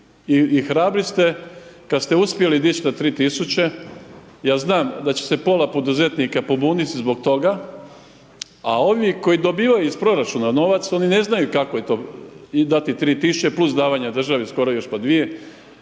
i hrabri ste kad ste uspjeli dić na 3.000, ja znam da će se pola poduzetnika pobuniti zbog toga, a ovi koji dobivaju iz proračuna novac, oni ne znaju kako je to dati 3.000 plus davanja državi skoro još pa dvije.